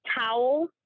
towel